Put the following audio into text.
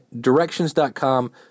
Directions.com